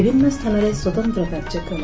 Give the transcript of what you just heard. ବିଭିନ୍ନ ସ୍ଥାନରେ ସ୍ୱତନ୍ତ କାର୍ଯ୍ୟକ୍ରମ